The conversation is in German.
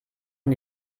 und